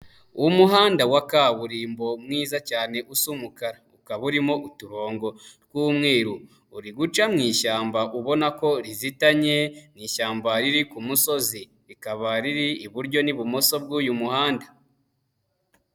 Umuhanda wa kaburimbo mwiza cyane usa umukara. Ukaba urimo uturongo tw'umweru. Uri guca mu ishyamba ubona ko rizitanye, ni ishyamba riri ku musozi, rikaba riri iburyo n'ibumoso bw'uyu muhanda.